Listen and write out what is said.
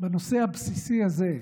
בנושא הבסיסי הזה,